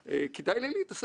וגברתי מזכירת הכנסת.